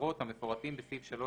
המותרות המפורטים בסעיף 3(ב)(1)